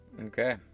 Okay